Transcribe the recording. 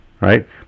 right